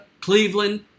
Cleveland